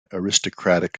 aristocratic